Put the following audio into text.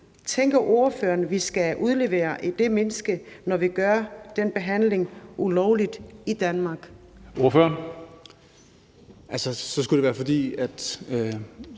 Tænker ordføreren, at vi skal udlevere det menneske, når vi gør denne behandling ulovlig i Danmark?